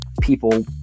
people